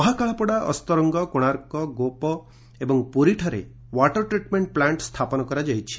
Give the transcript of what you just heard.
ମହାକାଳପଡ଼ା ଅସ୍ତରଙ୍ଗ କୋଶାର୍କ ଗୋପ ଅଂଚଳ ଏବଂ ପୁରୀଠାରେ ଓ୍ୱାଟର ଟ୍ରିଟମେଂଟ ପ୍ଲାଂଟ ସ୍ଥାପନ କରାଯାଇଛି